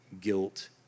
guilt